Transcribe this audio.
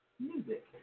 music